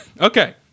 Okay